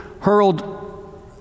hurled